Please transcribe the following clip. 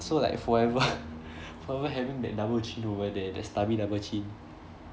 so like forever forever having that double chin over there that stubby double chin